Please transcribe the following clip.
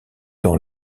dans